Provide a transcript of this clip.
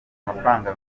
amafaranga